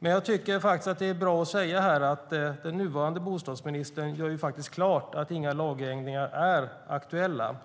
saker. Det är bra att den nuvarande bostadsministern gör klart att inga lagändringar är aktuella.